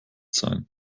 sein